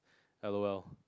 L_O_L